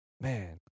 Man